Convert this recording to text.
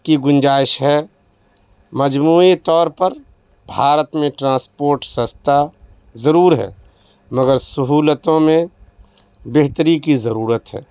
کی گنجائش ہے مجموعی طور پر بھارت میں ٹرانسپورٹ سستا ضرور ہے مگر سہولتوں میں بہتری کی ضرورت ہے